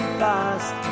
past